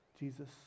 Jesus